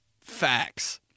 Facts